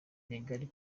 migari